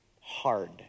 hard